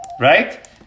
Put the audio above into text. Right